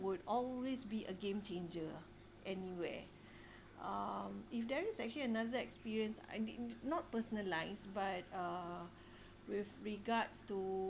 would always be a game changer anywhere um if there is actually another experience I didn't not personalised but uh with regards to